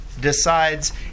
Decides